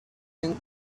and